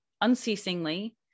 unceasingly